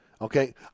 okay